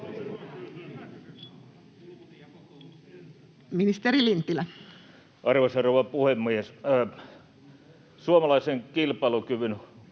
Ministeri Lintilä. Arvoisa rouva puhemies! Suomalaisesta kilpailukyvystä